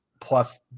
plus